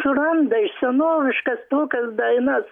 suranda ir senoviškas tokias dainas